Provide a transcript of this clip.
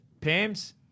Pam's